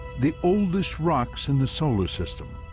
the oldest rocks in the solar system,